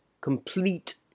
complete